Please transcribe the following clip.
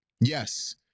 yes